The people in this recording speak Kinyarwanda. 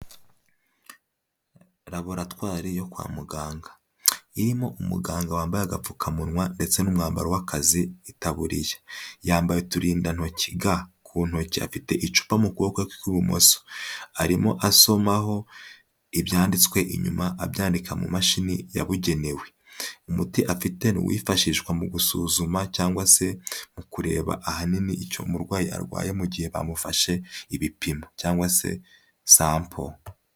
Laboratwari yo kwa muganga, irimo umuganga wambaye agapfukamunwa ndetse n'umwambaro w'akazi itaburiya. Yambaye uturindantoki ga, ku ntoki afite icupa mu kuboko kwe kw'ibumoso. Arimo asomaho ibyanditswe inyuma abyandika mu mashini yabugenewe. Umuti afite ni uwifashishwa mu gusuzuma cyangwa se mu kureba ahanini icyo umurwayi arwaye mu gihe bamufashe ibipimo cyangwa se sample.